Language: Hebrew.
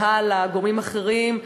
והלאה לגורמים אחרים,